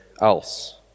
else